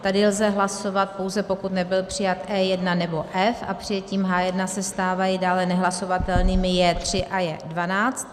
Tady lze hlasovat pouze, pokud nebyl přijat E1 nebo F a přijetím H1 se stávají dále nehlasovatelnými J3 a J12.